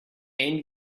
end